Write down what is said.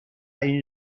این